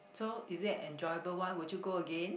so is it an enjoyable one will you go again